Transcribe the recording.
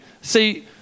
See